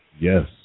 Yes